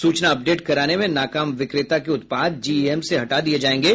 सूचना अपडेट कराने में नाकाम विक्रेता के उत्पाद जीईएम से हटा दिए जाएंगे